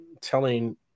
telling